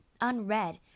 unread